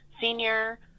senior